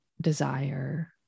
desire